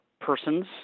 persons